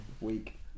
week